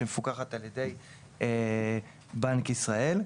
שמפוקחת על ידי בנק ישראל.